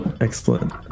excellent